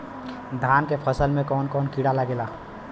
धान के फसल मे कवन कवन कीड़ा लागेला?